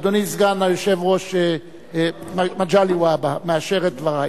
אדוני סגן היושב-ראש מגלי והבה מאשר את דברי.